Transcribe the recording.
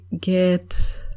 get